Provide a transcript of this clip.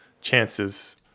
chances